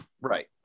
Right